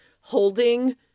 holding